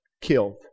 killed